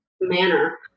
manner